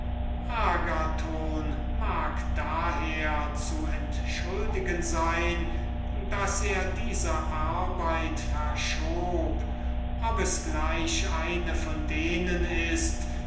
agathon mag daher zu entschuldigen sein daß er diese arbeit verschob ob es gleich eine von denen ist